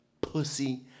Pussy